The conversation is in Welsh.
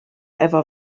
efo